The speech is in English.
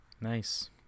Nice